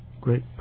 great